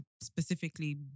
specifically